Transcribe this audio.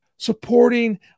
supporting